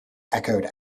echoed